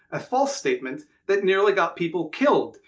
a false statement that nearly got people killed,